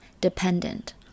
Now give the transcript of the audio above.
dependent